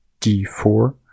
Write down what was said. d4